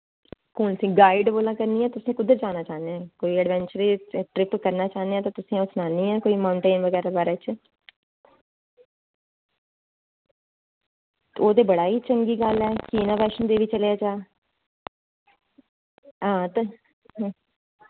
guide बोला करनी आं तुस कुद्धर जाना चाह्ने न कोई अड़वैंचरी ट्रिप करना चाह्ने ते तुसेंगी अ'ऊं सनानी आं कोई माउंटेंन बगैरा दे बारे च ओह् ते बड़ी गै चंगी गल्ल ऐ कि नां बैश्नो देवी चलेआ जा हां ते